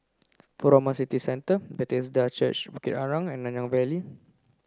Furama City Centre Bethesda Church Bukit Arang and Nanyang Valley